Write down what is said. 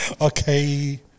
Okay